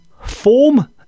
form